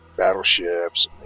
battleships